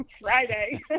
Friday